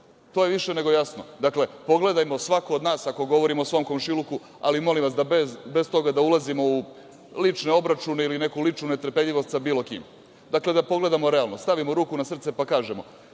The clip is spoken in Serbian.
To je više nego jasno. Dakle, pogledajmo svako od nas, ako govorimo o svom komšiluku, ali molim vas bez toga da ulazimo u lične obračune ili neku ličnu netrpeljivost sa bilo kim. Dakle, da pogledamo realno. Stavimo ruku na srce pa kažemo,